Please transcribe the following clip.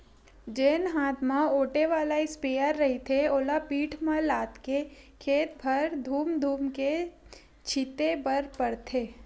जेन हात म ओटे वाला इस्पेयर रहिथे ओला पीठ म लादके खेत भर धूम धूम के छिते बर परथे